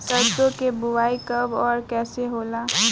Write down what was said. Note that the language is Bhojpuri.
सरसो के बोआई कब और कैसे होला?